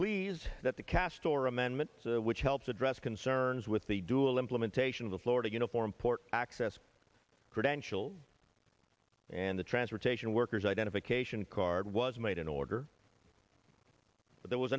pleased that the cast or amendment which helps address concerns with the dual implementation of the florida uniform port access credentials and the transportation workers identification card was made in order but there was